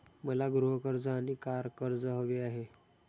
मला गृह कर्ज आणि कार कर्ज हवे आहे